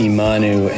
Imanu